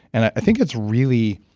and i think it's really,